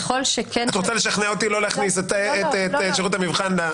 את רוצה לשכנע אותי לא להכניס את שירות המבחן.